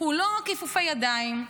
הוא לא כיפופי ידיים,